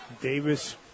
Davis